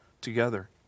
together